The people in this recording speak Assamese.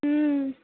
ওম